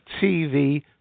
TV